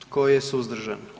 Tko je suzdržan?